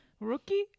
rookie